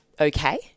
okay